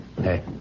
Hey